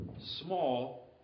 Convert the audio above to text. small